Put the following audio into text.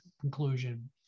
conclusion